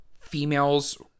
females